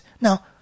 Now